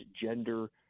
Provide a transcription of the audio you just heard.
gender